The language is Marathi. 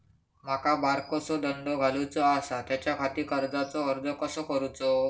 माका बारकोसो धंदो घालुचो आसा त्याच्याखाती कर्जाचो अर्ज कसो करूचो?